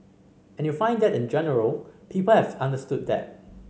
and you find that in general people have understood that